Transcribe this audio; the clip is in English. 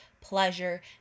pleasure